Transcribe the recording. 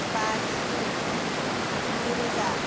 बाजि नैरोजा